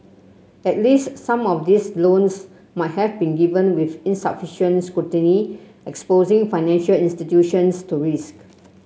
at least some of these loans might have been given with insufficient scrutiny exposing financial institutions to risk